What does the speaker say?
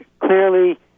clearly